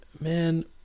man